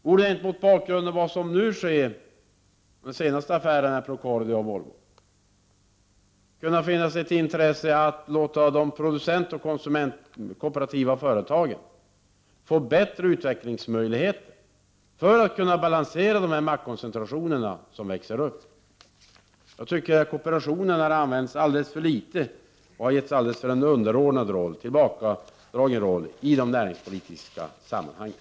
Borde det inte mot bakgrund av vad som nu sker — den senaste affären mellan Procordia och Volvo — kunna finnas ett intresse av att låta de producentoch konsumentkooperativa företagen få bättre utvecklingsmöjligheter för att kunna balansera dessa maktkoncentrationer som växer upp? Jag tycker att kooperationen har getts en alldeles för underordnad och tillbakadragen roll i de näringspolitiska sammanhangen.